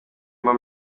mba